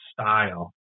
style